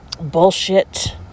Bullshit